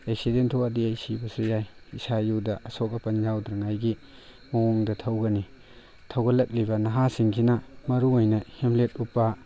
accident ꯊꯣꯛꯑꯗꯤ ꯑꯩ ꯁꯤꯕꯁꯨ ꯌꯥꯏ ꯏꯁꯥ ꯏꯌꯨꯗ ꯑꯁꯣꯛ ꯑꯄꯟ ꯌꯥꯎꯗ꯭ꯔꯤꯉꯩꯒꯤ ꯃꯑꯣꯡꯗ ꯊꯧꯒꯅꯤ ꯍꯧꯒꯠꯂꯛꯂꯤꯕ ꯅꯍꯥꯁꯤꯡꯁꯤꯅ ꯃꯔꯨ ꯑꯣꯏꯅ ꯍꯦꯜꯃꯦꯠ ꯎꯞꯄ